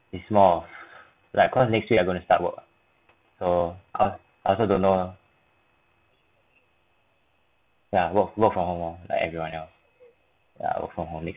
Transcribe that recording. it's more like cause next year I'm going to start work so I I also don't know ya work work from home hor like everyone else yeah work from home make